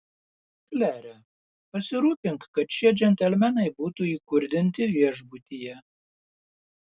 klere pasirūpink kad šie džentelmenai būtų įkurdinti viešbutyje